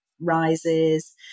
rises